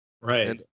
right